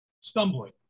stumbling